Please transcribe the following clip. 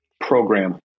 program